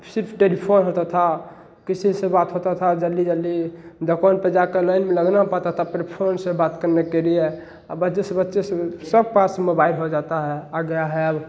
सिर्फ टेलीफोन होता था किसी से बात होता था जल्दी जल्दी दुकान पर जाकर लइन में लगना पड़ता था प्री फ़ोन से बात करने के लिए अब बच्चे से बच्चे सब सब पास मोबाइल हो जाता है आ गया है अब